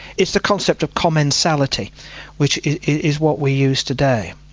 it's the concept of commensality which is what we use today.